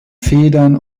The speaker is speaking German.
federn